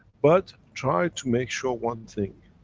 but try to make sure one thing,